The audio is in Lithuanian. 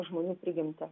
žmonių prigimtį